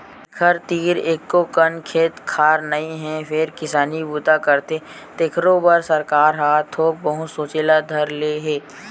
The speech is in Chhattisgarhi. जेखर तीर एको अकन खेत खार नइ हे फेर किसानी बूता करथे तेखरो बर सरकार ह थोक बहुत सोचे ल धर ले हे